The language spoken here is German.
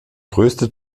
größte